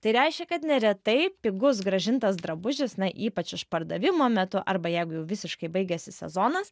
tai reiškia kad neretai pigus grąžintas drabužis na ypač išpardavimo metu arba jeigu jau visiškai baigiasi sezonas